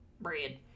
bread